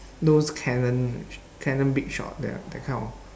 those cannon cannon big shot that that kind of